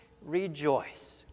rejoice